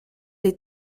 les